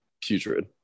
putrid